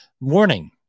morning